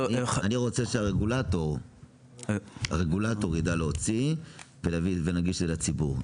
אני רוצה שהרגולטור יידע להוציא ולהנגיש את הזה לציבור,